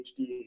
PhD